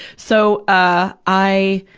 so, ah, i,